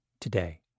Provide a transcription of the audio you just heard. today